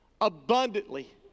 abundantly